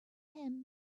him